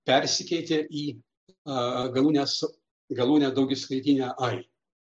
persikeitė į galūnes galūnę daugiskaitinę ai